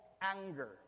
anger